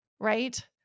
right